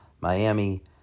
Miami